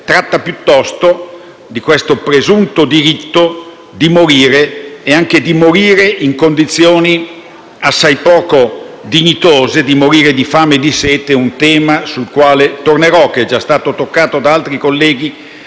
tratta piuttosto di questo presunto diritto di morire e anche di morire in condizioni assai poco dignitose: morire di fame e di sete. È un tema sul quale tornerò e che è già stato toccato da altri colleghi,